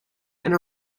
and